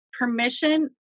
permission